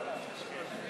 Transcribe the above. זה קשור לארוניות?